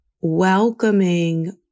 welcoming